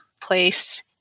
place